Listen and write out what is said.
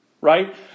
right